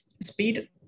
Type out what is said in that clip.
Speed